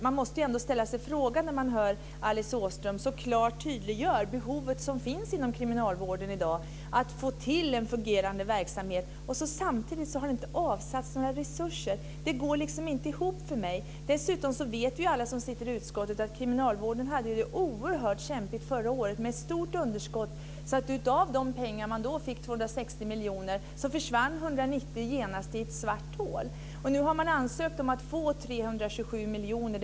Man ställer sig ändå frågande när hon så klart tydliggör behovet inom kriminalvården i dag att få till en fungerande verksamhet, och samtidigt har det inte avsatts några resurser. Det går inte ihop för mig. Dessutom vet vi alla som sitter i utskottet att kriminalvården hade det oerhört kämpigt förra året med stort underskott. Av de 260 miljoner som den då fick försvann 190 genast i ett svart hål. Nu har man ansökt om att få 327 miljoner.